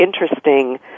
interesting